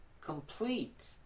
complete